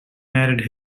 married